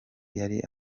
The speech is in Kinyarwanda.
yari